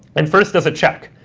and first does a check.